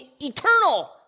eternal